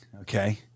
okay